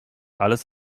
alles